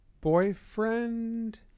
boyfriend